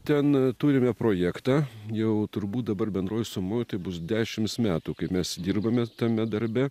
ten turime projektą jau turbūt dabar bendroj sumoj tai bus dešimts metų kaip mes dirbame tame darbe